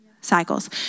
cycles